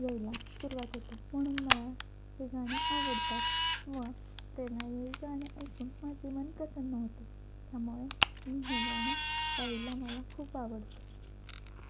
यायला सुरवात होते म्हणून मला हे गाणे आवडतात व प्रेरणादायी गाणे ऐकून माझे मन प्रसन्न होते त्यामुळे मी हे गाणे गायला मला खूप आवडते